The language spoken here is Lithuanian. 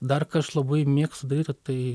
dar ką aš labai mėgstu daryti tai